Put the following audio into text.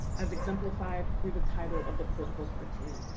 as exemplified through the title of the political cartoon,